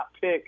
pick